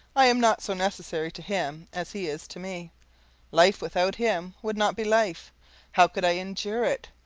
i am not so necessary to him as he is to me life without him would not be life how could i endure it?